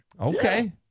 Okay